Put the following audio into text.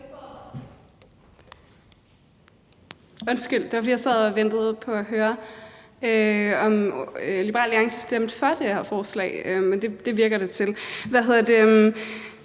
Undskyld, det var, fordi jeg sad og ventede på at høre, om Liberal Alliance stemte for det her forslag, men det lyder, som om de gør det.